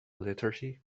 liturgy